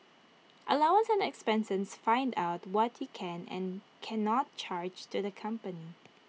allowance and expenses find out what you can and cannot charge to the company